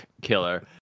Killer